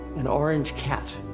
an orange cat.